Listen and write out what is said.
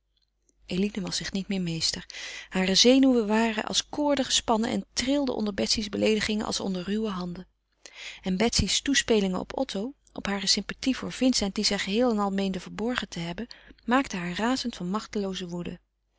eline was zich niet meer meester hare zenuwen waren als koorden gespannen en trilden onder betsy's beleedigingen als onder ruwe handen en betsy's toespelingen op otto op hare sympathie voor vincent die zij geheel en al meende verborgen te hebben maakte haar razend van machtelooze woede